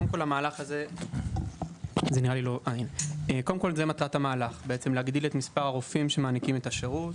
קודם כל זוהי מטרת המהלך: להגדיל את מספר הרופאים שמעניקים את השירות.